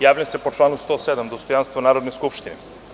Javljam se po članu 107 – dostojanstvo Narodne skupštine.